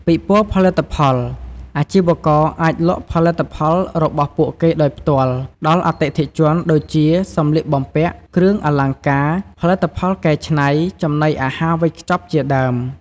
ពិព័រណ៍ផលិតផល អាជីវករអាចលក់ផលិតផលរបស់ពួកគេដោយផ្ទាល់ដល់អតិថិជន ដូចជា សំលៀកបំពាក់ គ្រឿងអលង្ការ ផលិតផលកែច្នៃ ចំណីអាហារវេចខ្ចប់ជាដើម។